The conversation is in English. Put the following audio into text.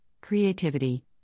creativity